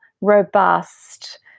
robust